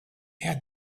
had